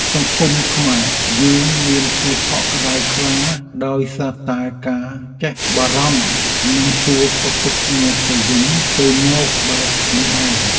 សង្គមខ្មែរយើងមានភាពកក់ក្តៅខ្លាំងណាស់ដោយសារតែការចេះបារម្ភនិងសួរសុខទុក្ខគ្នាទៅវិញទៅមកបែបនេះឯង។